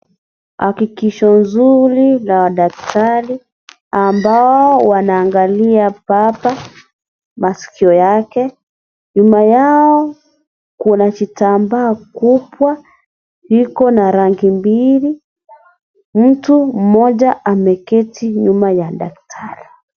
Hakikisho uzuri la daktari. Ambao wanaangalia baba maskio yake. Nyuma yao kuna kitambaa kupwa, iko na rangi mbili. Mtu mmoja ameketi nyuma ya daktari.